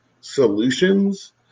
Solutions